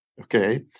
Okay